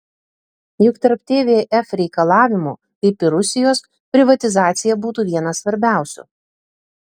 juk tarp tvf reikalavimų kaip ir rusijos privatizacija būtų vienas svarbiausių